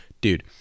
dude